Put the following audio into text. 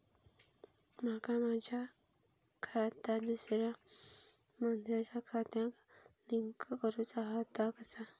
माका माझा खाता दुसऱ्या मानसाच्या खात्याक लिंक करूचा हा ता कसा?